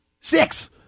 Six